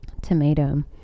tomato